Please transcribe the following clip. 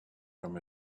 from